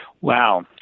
Wow